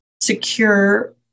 secure